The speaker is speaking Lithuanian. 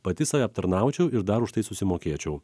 pati save aptarnaučiau ir dar už tai susimokėčiau